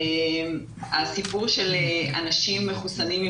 הסיפור של אנשים מחוסנים,